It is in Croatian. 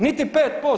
Niti 5%